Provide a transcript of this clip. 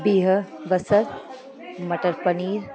बिहु बसरु मटर पनीर